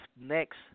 next